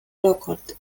olukord